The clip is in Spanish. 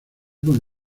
con